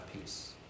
peace